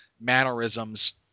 mannerisms